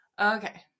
Okay